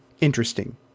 interesting